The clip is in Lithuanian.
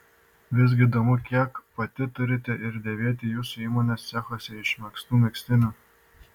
visgi įdomu kiek pati turite ir dėvite jūsų įmonės cechuose išmegztų megztinių